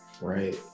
Right